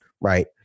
right